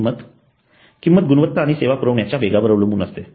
किंमत किंमत गुणवत्ता आणि सेवा पुरविण्याच्या वेगावर अवलंबून असते